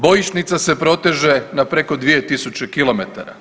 Bojišnica se proteže na preko 2000 km.